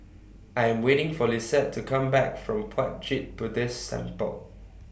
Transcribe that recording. I Am waiting For Lisette to Come Back from Puat Jit Buddhist Temple